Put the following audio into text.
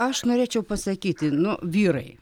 aš norėčiau pasakyti nu vyrai